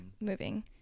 moving